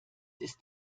ist